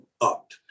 up